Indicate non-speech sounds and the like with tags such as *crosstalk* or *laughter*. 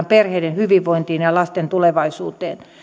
*unintelligible* perheiden hyvinvointiin ja lasten tulevaisuuteen